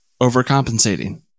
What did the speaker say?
overcompensating